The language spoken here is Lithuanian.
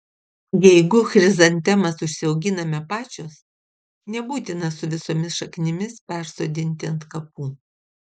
jeigu chrizantemas užsiauginame pačios nebūtina su visomis šaknimis persodinti ant kapų